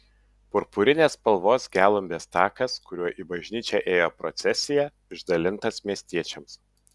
purpurinės spalvos gelumbės takas kuriuo į bažnyčią ėjo procesija išdalintas miestiečiams